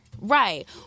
Right